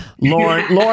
lauren